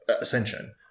ascension